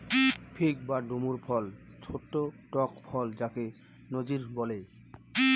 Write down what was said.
fig বা ডুমুর ফল ছোট্ট টক ফল যাকে নজির বলে